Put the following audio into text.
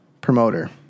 promoter